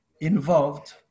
involved